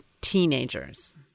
teenagers